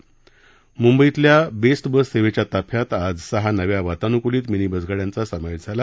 म्ंबईतल्या BEST bus सेवेच्या ताफ्यात आज सहा नव्या वातान्कुलीत मिनी बसगाड्यांचा समावेश झाला